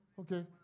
okay